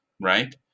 right